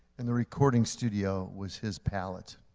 and the recording studio was his palette.